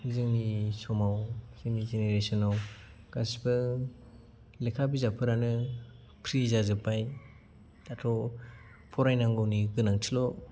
जोंनि समाव जोंनि जेनेरेसनाव गासैबो लेखा बिजाबफोरानो फ्रि जाजोबबाय दाथ' फरायनांगौनि गोनांथिल'